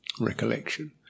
recollection